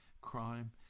crime